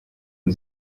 man